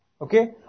Okay